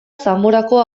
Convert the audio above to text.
zamorako